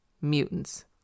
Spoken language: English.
Mutants